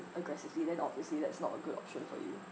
aggressively then obviously that's not a good option for you